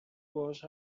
باهاش